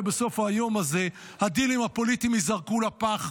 הלוואי שבסוף היום הזה הדילים הפוליטיים ייזרקו לפח,